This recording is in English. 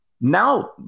now